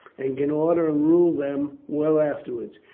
and can order and rule them well afterwards.